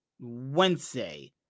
Wednesday